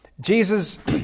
Jesus